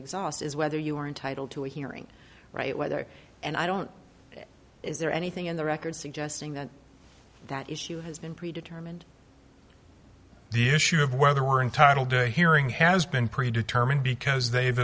exhaust is whether you are entitled to a hearing right whether and i don't know is there anything in the record suggesting that that issue has been predetermined the issue of whether we're entitled to a hearing has been pre determined because they've